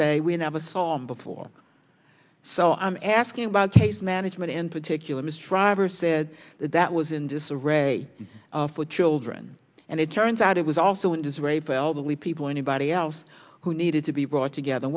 say we never saw him before so i'm asking about case management in particular mistry ever said that was in disarray for children and it turns out it was also in his rape elderly people anybody else who needed to be brought together